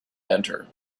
enter